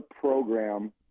program